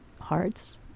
hearts